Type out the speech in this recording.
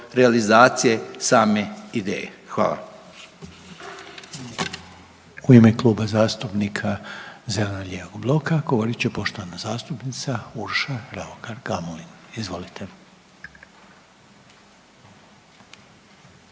realizacije same ideje. Hvala.